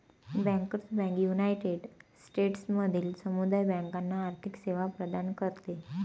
bankers bank united स्टेट्समधील समुदाय बँकांना आर्थिक सेवा प्रदान करते